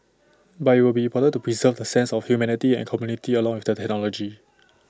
but IT will be important to preserve the sense of humanity and community along with the technology